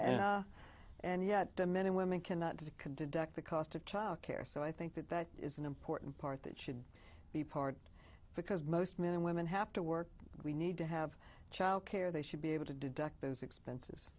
and and yet the men and women cannot to can deduct the cost of childcare so i think that that is an important part that should be part because most men and women have to work we need to have childcare they should be able to deduct those expenses